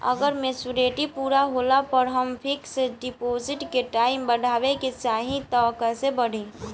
अगर मेचूरिटि पूरा होला पर हम फिक्स डिपॉज़िट के टाइम बढ़ावे के चाहिए त कैसे बढ़ी?